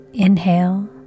Inhale